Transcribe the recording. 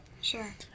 Sure